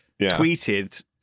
tweeted